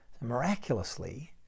Miraculously